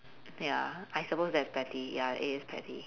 I think ya I suppose that's petty ya it is petty